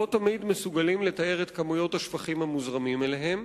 לא תמיד מסוגלים לטהר את כמויות השפכים המוזרמים אליהם.